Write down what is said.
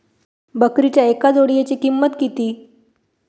बकरीच्या एका जोडयेची किंमत किती?